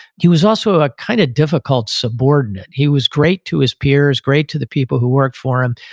he was also a kind of difficult subordinate. he was great to his peers, great to the people who worked for him.